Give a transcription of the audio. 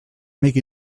make